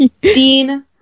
Dean